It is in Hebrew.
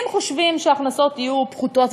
אם חושבים שההכנסות יהיו פחותות,